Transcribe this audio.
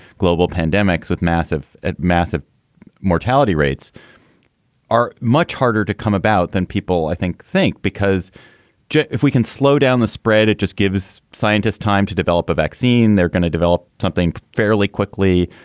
global pandemics with massive, ah massive mortality rates are much harder to come about than people i think think because if we can slow down the spread, it just gives scientists time to develop a vaccine. they're going to develop something fairly quickly.